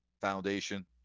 Foundation